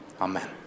amen